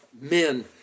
men